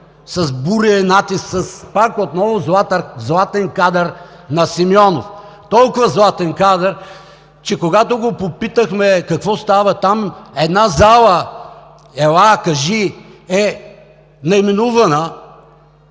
с бурен натиск отново със златен кадър на Симеонов. Толкова златен кадър, че когато го попитахме: какво става там – ела, кажи: една зала е наименувана